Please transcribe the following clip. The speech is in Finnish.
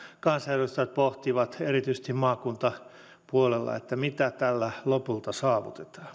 kansanedustajat pohtivat erityisesti maakuntapuolella mitä tällä lopulta saavutetaan